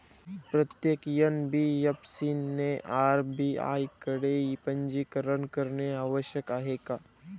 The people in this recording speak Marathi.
प्रत्येक एन.बी.एफ.सी ने आर.बी.आय कडे पंजीकरण करणे आवश्यक आहे का?